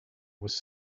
was